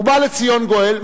ובא לציון גואל,